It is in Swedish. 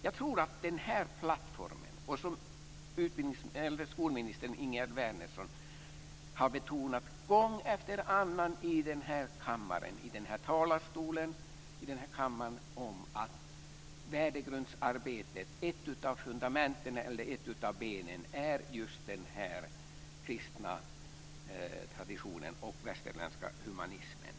När det gäller den här plattformen, som skolminister Ingegerd Wärnersson har betonat gång efter annan i denna talarstol i denna kammare, tror jag att ett av fundamenten eller ett av benen i värdegrundsarbetet är just den kristna traditionen och den västerländska humanismen.